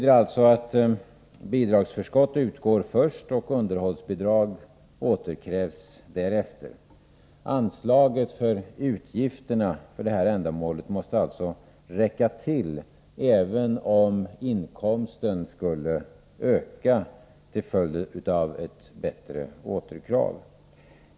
Det betyder att bidragsförskott utgår först och att underhållsbidraget återkrävs därefter. Anslaget för utgifterna för detta ändamål måste alltså räcka till även om inkomsten skulle öka till följd av bättre återkrav.